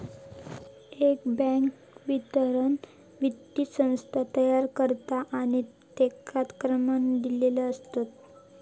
एक बॅन्क विवरण वित्तीय संस्थान तयार करता आणि तेंका क्रमांक दिलेले असतत